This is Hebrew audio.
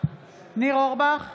ניר אורבך,